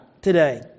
today